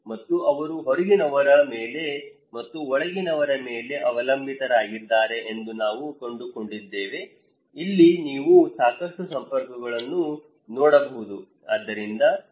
ಮತ್ತು ಅವರು ಹೊರಗಿನವರ ಮೇಲೆ ಮತ್ತು ಒಳಗಿನವರ ಮೇಲೆ ಅವಲಂಬಿತರಾಗಿದ್ದಾರೆ ಎಂದು ನಾವು ಕಂಡುಕೊಂಡಿದ್ದೇವೆ ಇಲ್ಲಿ ನೀವು ಸಾಕಷ್ಟು ಸಂಪರ್ಕಗಳನ್ನು ನೋಡಬಹುದು